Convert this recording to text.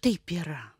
taip yra